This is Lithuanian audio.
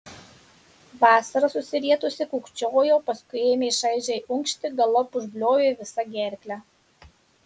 vasara susirietusi kūkčiojo paskui ėmė šaižiai unkšti galop užbliovė visa gerkle